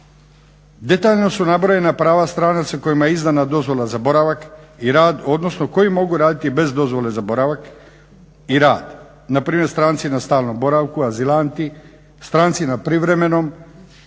Detaljno su nabrojena prava stranaca kojima je izdana dozvola za boravak i rad, odnosno koji mogu raditi bez dozvole za boravak i rad. Npr. stranci na stalnom boravku, azilanti, stranci na privremenoj